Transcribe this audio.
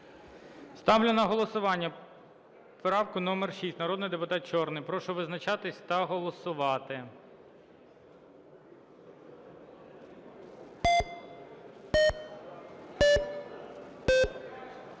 Ставлю на голосування правку номер 6, народний депутат Чорний. Прошу визначатись та голосувати.